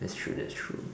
that's true that's true